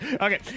Okay